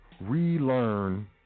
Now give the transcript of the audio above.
relearn